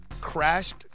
crashed